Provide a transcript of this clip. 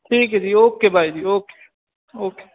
ਠੀਕ ਹੈ ਜੀ ਓਕੇ ਬਾਏ ਜੀ ਓਕੇ ਓਕੇ